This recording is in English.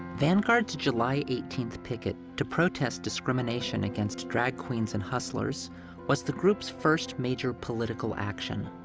vanguard's july eighteenth picket to protest discrimination against drag queens and hustlers was the group's first major political action.